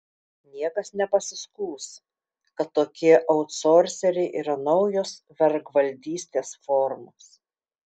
niekas nepasiskųs kad tokie autsorseriai yra naujos vergvaldystės formos